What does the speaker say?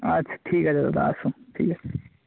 আচ্ছা ঠিক আছে দাদা আসুন ঠিক আছে